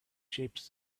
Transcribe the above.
shapes